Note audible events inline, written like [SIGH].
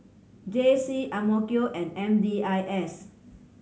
J C [UNINTELLIGIBLE] and M D I S